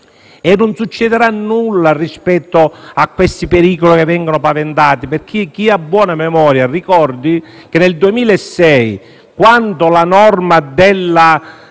Non succederà nulla rispetto a questi pericoli che vengono paventati perché chi ha buona memoria ricorderà che nel 2006, quando la norma della